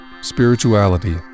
spirituality